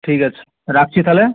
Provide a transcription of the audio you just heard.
ঠিক আছে রাখছি তাহলে